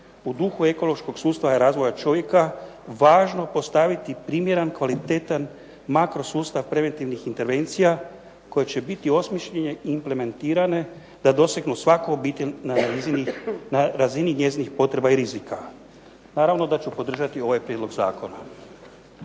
u duhu ekološkog sustava i razvoja čovjeka važno postaviti primjeran, kvalitetan makro sustav preventivnih intervencija koje će biti osmišljene i implementirane da dosegnu svaku obitelj na razini njezinih potreba i rizika. Naravno da ću podržati ovaj prijedlog zakona.